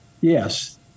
yes